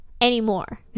anymore